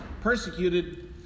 persecuted